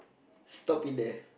stop it there